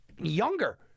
younger